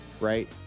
right